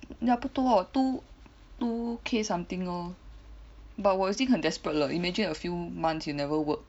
ya 不多 two two K something lor 我已经很 desperate 了 imagine a few months you never work